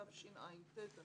התשע"ט,